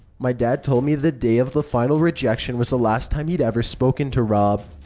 my dad told me the day of the final rejection was the last time he'd ever spoken to rob.